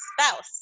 spouse